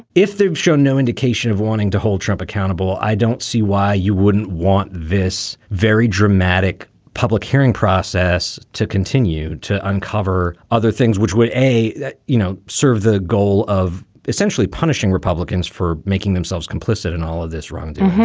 if they've shown no indication of wanting to hold trump accountable. i don't see why you wouldn't want this very dramatic public hearing process to continue to uncover other things which would a you know, serve the goal of essentially punishing republicans for making themselves complicit in all of this wrongdoing.